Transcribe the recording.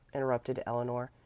interrupted eleanor.